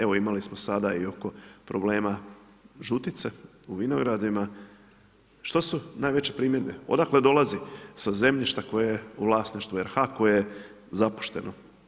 Evo imali smo sada i oko problema žutice u vinogradima, što su najveće primjedbe, odakle dolazi sa zemljišta koje je u vlasništvu RH koje je zapušteno.